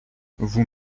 vous